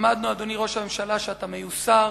למדנו, אדוני ראש הממשלה, שאתה מיוסר,